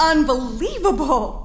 Unbelievable